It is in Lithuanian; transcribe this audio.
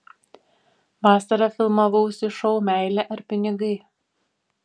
vasarą filmavausi šou meilė ar pinigai